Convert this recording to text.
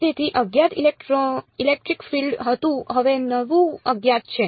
તેથી અજ્ઞાત electric field હતું હવે નવું અજ્ઞાત છે